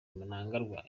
mnangagwa